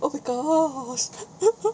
oh my gosh